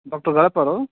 doctor